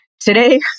Today